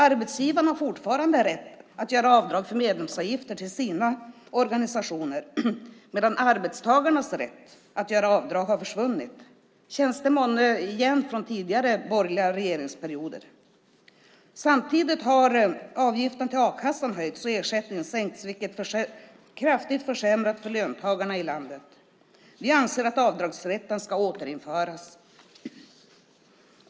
Arbetsgivarna har fortfarande rätt att göra avdrag för medlemsavgiften till sina organisationer, medan arbetstagarnas rätt att göra avdrag har försvunnit. Känns det månne igen från tidigare borgerliga regeringsperioder? Samtidigt har avgiften till a-kassan höjts och ersättningen sänkts, vilket kraftigt försämrat för löntagarna i landet. Vi anser att avdragsrätten ska återinföras.